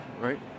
right